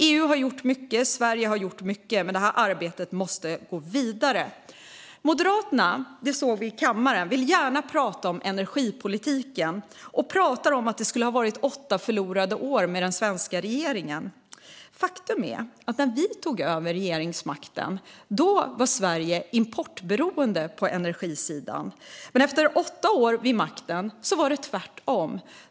EU har gjort mycket och Sverige har gjort mycket, men arbetet måste gå vidare. Moderaterna vill gärna prata om energipolitiken - det såg vi nyss i kammaren - som att det skulle ha varit åtta förlorade år med den socialdemokratiska regeringen. Faktum är att när vi tog över regeringsmakten var Sverige importberoende på energisidan, men efter åtta år med oss vid makten var det tvärtom.